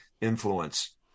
influence